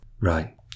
right